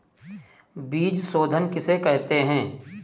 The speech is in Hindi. बीज शोधन किसे कहते हैं?